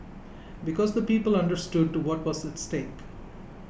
because the people understood what was at stake